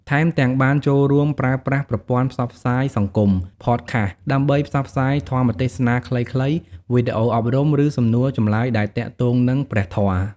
ថែមទាំង បានចូលរូមប្រើប្រាស់ប្រព័ន្ធផ្សព្វផ្សាយសង្គម ផតខាស ដើម្បីផ្សព្វផ្សាយធម្មទេសនាខ្លីៗ វីដេអូអប់រំ ឬសំណួរចម្លើយដែលទាក់ទងនឹងព្រះធម៌។